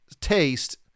taste